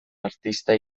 artista